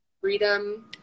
freedom